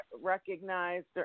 recognized